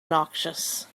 noxious